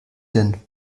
denn